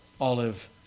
olive